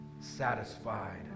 satisfied